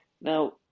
Now